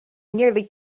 nearly